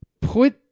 Put